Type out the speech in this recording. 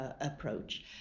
approach